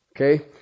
Okay